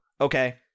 okay